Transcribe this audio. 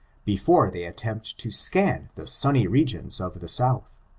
before they attempt to scan the sunny regions of the south.